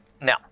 Now